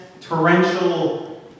torrential